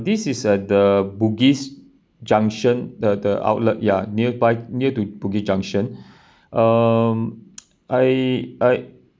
this is at the bugis junction the the outlet ya nearby near to bugis junction um I I